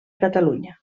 catalunya